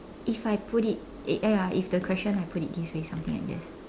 if I put it ya ya if the question I put it this way something like this